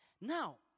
Now